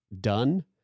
done